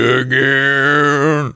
again